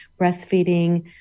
breastfeeding